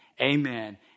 amen